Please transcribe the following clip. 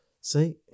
See